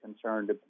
concerned